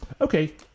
Okay